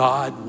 God